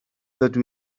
dydw